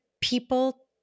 people